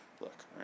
Look